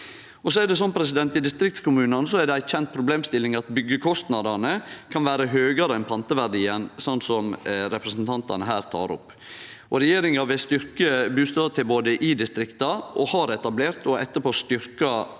i dag. I distriktskommunane er det ei kjent problemstilling at byggjekostnadene kan vere høgare enn panteverdien, som representantane her tek opp. Regjeringa vil styrkje bustadtilbodet i distrikta og har etablert, og etterpå styrkt,